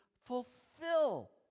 fulfill